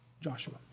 Joshua